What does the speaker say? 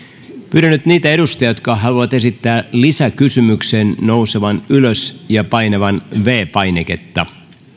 pyydän nyt niitä edustajia jotka haluavat esittää lisäkysymyksen nousemaan ylös ja painamaan viides painiketta